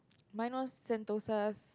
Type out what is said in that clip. mine was Sentosa's